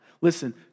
Listen